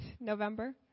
november